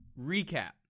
Recap